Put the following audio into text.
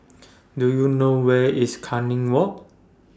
Do YOU know Where IS Canning Walk